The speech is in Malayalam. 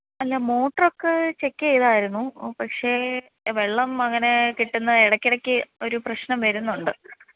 അല്ല മോട്ടൊർ ഒക്കെ ചെക്ക് ചെയ്തായിരുന്നു പക്ഷേ വെള്ളം അങ്ങനെ കിട്ടുന്ന ഇടയ്ക്ക് ഇടയ്ക്ക് ഒരു പ്രശ്നം വരുന്നുണ്ട്